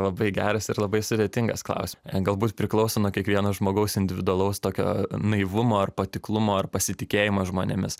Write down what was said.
labai geras ir labai sudėtingas klausi galbūt priklauso nuo kiekvieno žmogaus individualaus tokio naivumo ar patiklumo ar pasitikėjimo žmonėmis